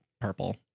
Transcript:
purple